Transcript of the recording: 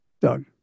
Doug